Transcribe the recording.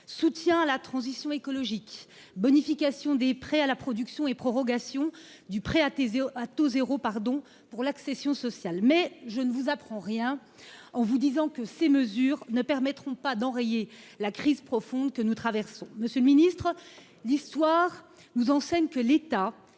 soutien à la transition écologique, bonification des prêts à la production et prorogation du prêt à taux zéro pour l’accession sociale. Toutefois, je ne vous apprends rien en vous disant que ces mesures ne permettront pas d’enrayer la crise profonde que nous traversons. Monsieur le ministre, l’histoire nous enseigne que l’État